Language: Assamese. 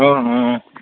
অঁ অঁ অঁ